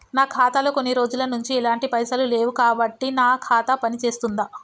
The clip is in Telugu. నా ఖాతా లో కొన్ని రోజుల నుంచి ఎలాంటి పైసలు లేవు కాబట్టి నా ఖాతా పని చేస్తుందా?